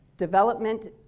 development